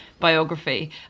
Biography